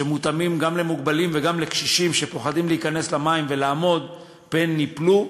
שמותאמים גם למוגבלים וגם לקשישים שפוחדים להיכנס למים ולעמוד פן ייפלו.